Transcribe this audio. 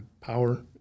power